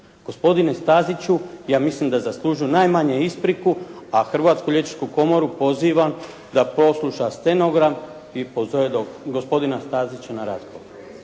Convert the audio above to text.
Gospodine Staziću, ja mislim da zaslužuju najmanje ispriku, a Hrvatsku liječničku komoru pozivam da posluša stenogram i pozove gospodina Stazića na razgovor.